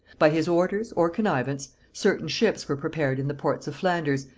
by his orders, or connivance, certain ships were prepared in the ports of flanders,